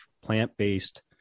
plant-based